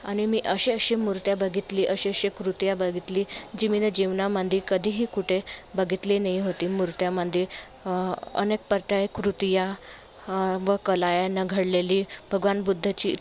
आणि मी असे असे मूर्त्या बगितली असे असे कृतियाँ बघितली जी मी ना जीवनामंदी कधीही कुठे बघितली नाही होती मूर्त्यामध्ये अनेक परताये कृतियाँ व कला यांना घडलेली भगवान बुद्धाची